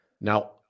Now